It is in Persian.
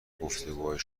گفتگوهای